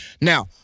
Now